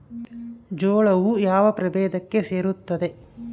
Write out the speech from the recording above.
ಜೋಳವು ಯಾವ ಪ್ರಭೇದಕ್ಕೆ ಸೇರುತ್ತದೆ?